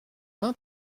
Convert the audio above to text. vingt